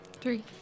Three